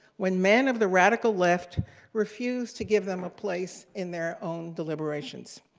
when men of the radical left refused to give them a place in their own deliberations.